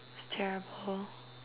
it's terrible